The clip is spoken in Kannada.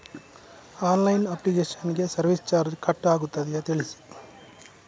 ಆನ್ಲೈನ್ ಅಪ್ಲಿಕೇಶನ್ ಗೆ ಸರ್ವಿಸ್ ಚಾರ್ಜ್ ಕಟ್ ಆಗುತ್ತದೆಯಾ ತಿಳಿಸಿ?